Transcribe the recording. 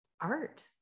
art